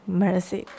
mercy